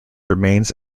remains